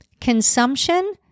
consumption